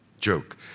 Joke